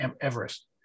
Everest